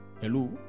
hello